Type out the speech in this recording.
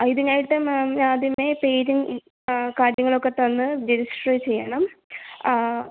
ഇതിനായിട്ട് മാം ആദ്യമേ പേരും കാര്യങ്ങളൊക്കെ തന്ന് രജിസ്റ്റർ ചെയ്യണം